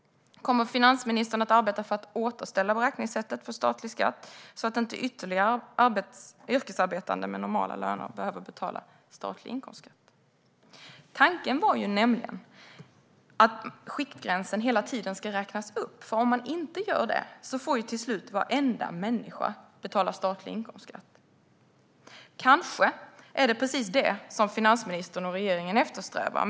Kommer finansministern att arbeta för att återställa beräkningssättet för statlig skatt så att inte ytterligare yrkesarbetande med normala löner behöver betala statlig inkomstskatt? Tanken var nämligen att skiktgränsen hela tiden ska räknas upp, för om man inte gör det får till slut varenda människa betala statlig inkomstskatt. Kanske är det precis det som finansministern och regeringen eftersträvar.